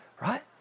right